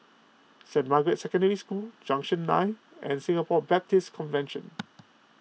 Saint Margaret's Secondary School Junction nine and Singapore Baptist Convention